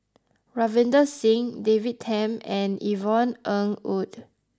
Ravinder Singh David Tham and Yvonne Ng Uhde